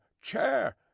chair